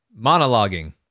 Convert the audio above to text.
Monologuing